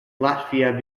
latvia